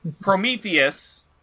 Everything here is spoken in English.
Prometheus